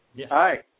Hi